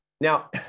Now